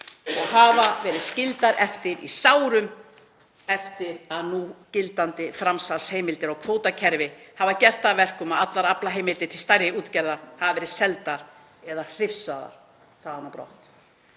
og hafa verið skildar eftir í sárum eftir að núgildandi framsalsheimildir og kvótakerfi hafa gert það að verkum að allar aflaheimildir til stærri útgerðar hafa verið seldar eða hrifsaðar þaðan á brott.